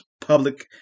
public